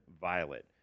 Violet